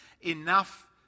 enough